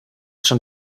schon